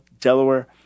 Delaware